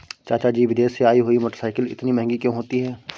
चाचा जी विदेश से आई हुई मोटरसाइकिल इतनी महंगी क्यों होती है?